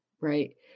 Right